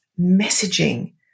messaging